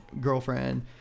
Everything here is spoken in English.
girlfriend